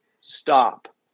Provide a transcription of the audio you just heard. stop